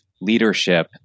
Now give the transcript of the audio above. leadership